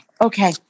Okay